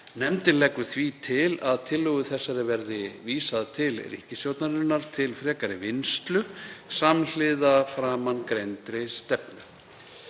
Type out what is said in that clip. Nefndin leggur því til að tillögu þessari verði vísað til ríkisstjórnarinnar til frekari vinnslu samhliða framangreindri stefnu.